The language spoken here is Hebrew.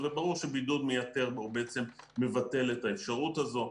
וברור שבידוד מייתר או בעצם מבטל את האפשרות הזו.